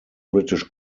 british